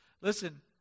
Listen